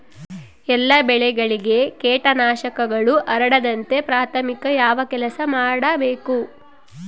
ಎಲ್ಲ ಬೆಳೆಗಳಿಗೆ ಕೇಟನಾಶಕಗಳು ಹರಡದಂತೆ ಪ್ರಾಥಮಿಕ ಯಾವ ಕೆಲಸ ಮಾಡಬೇಕು?